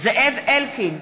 זאב אלקין,